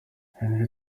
henry